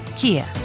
Kia